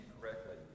correctly